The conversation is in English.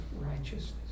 righteousness